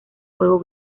fuego